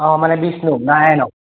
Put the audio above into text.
অঁ মানে বিষ্ণু নাৰায়ণৰ